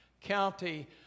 county